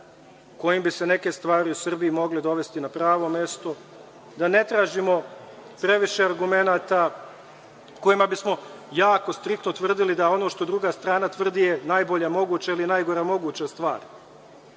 kojim bi se neke stvari u Srbiji mogle dovesti na pravo mesto, da ne tražimo previše argumenata kojima bismo jako striktno tvrdili da ono što druga strana tvrdi je najbolja moguća ili najgora moguća stvar